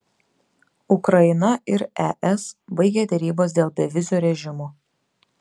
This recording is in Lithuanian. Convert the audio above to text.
ukraina ir es baigė derybas dėl bevizio režimo